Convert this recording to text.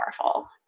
powerful